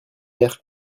maire